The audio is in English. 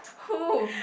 who